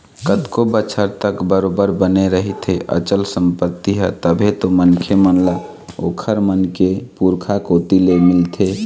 कतको बछर तक बरोबर बने रहिथे अचल संपत्ति ह तभे तो मनखे मन ल ओखर मन के पुरखा कोती ले मिलथे